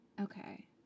Okay